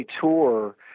Tour